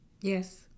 Yes